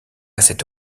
cette